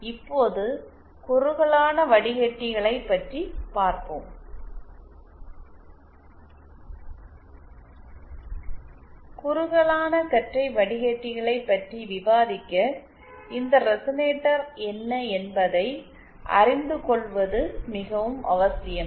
இப்போது குறுகலான வடிக்கட்டிகளைப் பற்றி பார்ப்போம் குறுகலானகற்றை வடிக்கட்டிகளை பற்றி விவாதிக்க இந்த ரெசனேட்டர் என்ன என்பதை அறிந்து கொள்வது மிகவும் அவசியம்